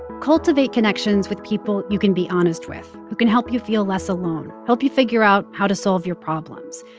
cultivate connections with people you can be honest with, who can help you feel less alone, help you figure out how to solve your problems.